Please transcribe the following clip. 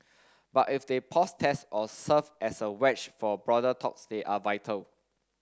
but if they pause test or serve as a wedge for broader talks they are vital